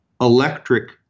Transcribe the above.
electric